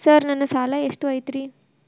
Sir ನನ್ನ ಸಾಲಾ ಎಷ್ಟು ಐತ್ರಿ?